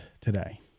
today